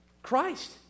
Christ